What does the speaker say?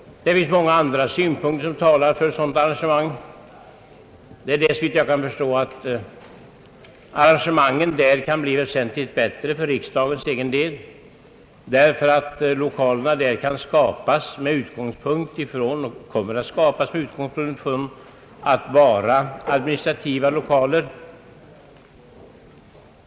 Det finns många andra synpunkter som talar för ett sådant arrangemang. Såvitt jag förstår, kan förhållandena där ordnas väsentligt bättre för riksdagens egen del eftersom lokalerna skapas med tanken på att de skall vara administrativa lokaler.